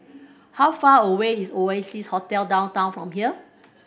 how far away is Oasia Hotel Downtown from here